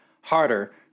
Harder